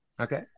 Okay